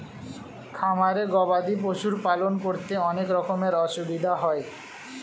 খামারে গবাদি পশুর পালন করতে অনেক রকমের অসুবিধা হয়